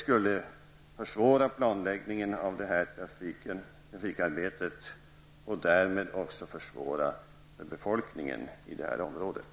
Planläggningen av trafikarbetet skulle försvåras och därmed skulle det också bli svårare för befolkningen i området.